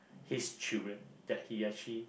his children that he actually